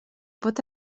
pot